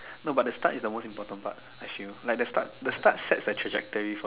no but the start is the most important part I feel like the start the start sets a trajectory for